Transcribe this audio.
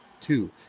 Two